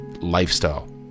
lifestyle